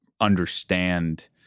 understand